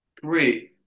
Great